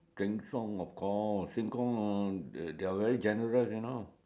Sheng-Siong of course Sheng-Siong oh they're very generous you know